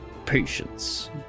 patience